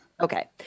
okay